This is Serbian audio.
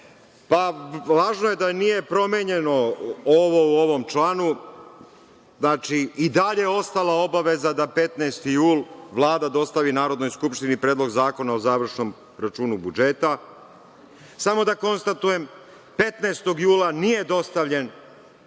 odmah. Važno je da nije promenjeno u ovom članu. I dalje je ostala obaveza da 15. jula Vlada dostavi Narodnoj skupštini Predlog zakona o završnog računu budžeta. Samo da konstatujem da 15. jula nije dostavljen